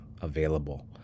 available